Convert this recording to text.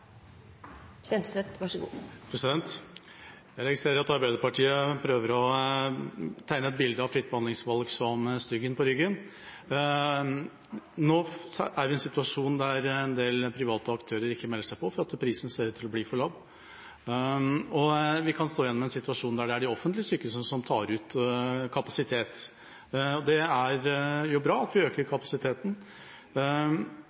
Jeg registrerer at Arbeiderpartiet prøver å tegne et bilde av fritt behandlingsvalg som «styggen på ryggen». Nå er vi i en situasjon der en del private aktører ikke melder seg på fordi prisen ser ut til å bli for lav. Vi kan stå igjen med en situasjon der det er de offentlige sykehusene som tar ut kapasitet – det er jo bra at vi øker kapasiteten.